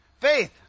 Faith